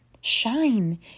Shine